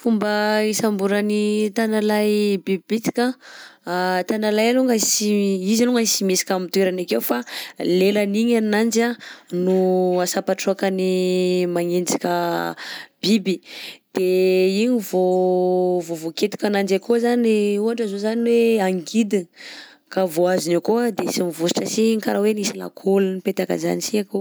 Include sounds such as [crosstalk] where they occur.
Fomba isamboran'ny tanalahy biby bitika [hesitation] tanalahy alongany sy izy alongany sy mihesika am'toerany akeo fa lelany igny ananjy anh no asapatraokany magnenjika biby, de io vao [hesitation] vao voakitika ananjy akao zany i- ohatra zao zany hoe angidina ka voahazony akao a de sy mivositra si iny karaha hoe nisy lakôly nipetaka zany si akao.